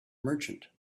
merchant